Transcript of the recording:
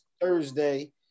Thursday